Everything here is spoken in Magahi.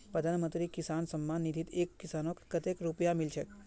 प्रधानमंत्री किसान सम्मान निधित एक किसानक कतेल रुपया मिल छेक